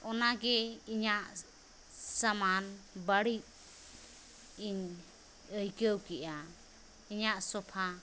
ᱚᱱᱟᱜᱮ ᱤᱧᱟᱹᱜ ᱥᱟᱢᱟᱱ ᱵᱟᱹᱲᱤᱡ ᱤᱧ ᱟᱹᱭᱠᱟᱹᱣᱠᱮᱫᱼᱟ ᱤᱧᱟᱹᱜ ᱥᱚᱯᱷᱟ